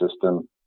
system